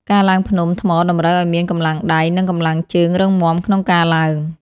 ការឡើងភ្នំថ្មតម្រូវឱ្យមានកម្លាំងដៃ និងកម្លាំងជើងរឹងមាំក្នុងការឡើង។